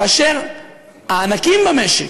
כאשר הענקים במשק,